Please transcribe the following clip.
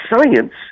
science